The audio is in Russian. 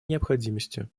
необходимости